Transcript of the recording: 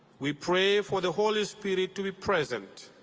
we pray for the holy spirit to be present,